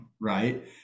right